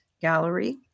Gallery